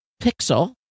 Pixel